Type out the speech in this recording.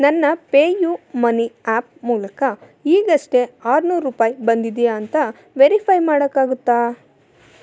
ನನ್ನ PayU money app ಮೂಲಕ ಈಗಷ್ಟೇ ಆರ್ನೂರು ರೂಪಾಯಿ ಬಂದಿದೆಯಾ ಅಂತ ವೆರಿಫೈ ಮಾಡೋಕ್ಕಾಗುತ್ತಾ